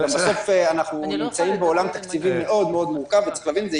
בסוף אנחנו נמצאים בעולם תקציבי מאוד-מאוד מורכב וצריך להבין את זה.